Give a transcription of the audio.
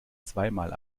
zweimal